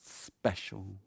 special